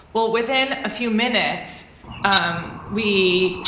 well, within a few minutes um we,